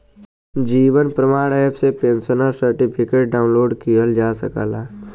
जीवन प्रमाण एप से pensioner certificate download किहल जा सकला